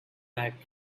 back